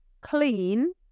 clean